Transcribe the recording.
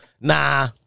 Nah